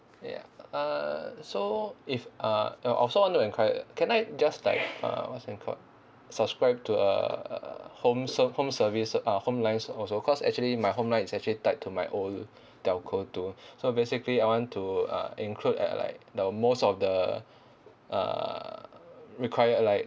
ya uh so if uh I also wanna enquire can I just like uh what's it called subscribe to uh home se~ home services uh home lines also cause actually my home line is actually tied to my old telco too so basically I want to uh include at like the most of the uh require like